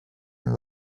and